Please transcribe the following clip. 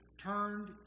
turned